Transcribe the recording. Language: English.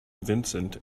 vincent